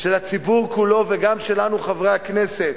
שלציבור כולו, וגם שלנו חברי הכנסת,